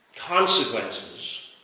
Consequences